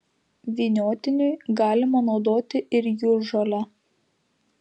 vyniotiniui galima naudoti ir jūržolę